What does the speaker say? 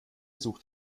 sucht